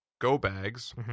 go-bags